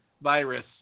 virus